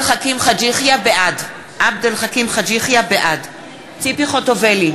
יחיא, בעד ציפי חוטובלי,